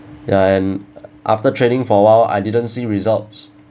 ya and after training for awhile I didn't see results